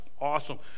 awesome